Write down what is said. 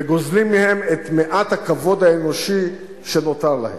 וגוזלים מהם את מעט הכבוד האנושי שעוד נותר להם.